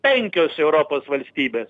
penkios europos valstybės